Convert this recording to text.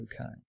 okay